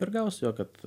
taip ir gausim jo kad